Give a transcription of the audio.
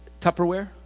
Tupperware